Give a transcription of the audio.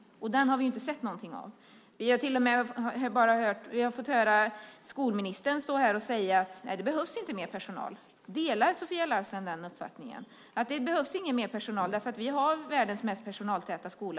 Men den har vi inte sett någonting av. Vi har hört skolministern här säga att det inte behövs mer personal. Delar Sofia Larsen uppfattningen att det inte behövs mer personal därför att vi redan har världens mest personaltäta skola?